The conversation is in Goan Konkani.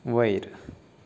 वयर